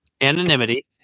Anonymity